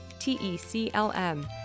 TECLM